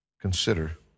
consider